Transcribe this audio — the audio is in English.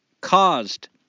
caused